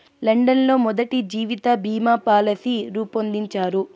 London లో మొదటి జీవిత బీమా పాలసీ రూపొందించారు